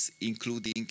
including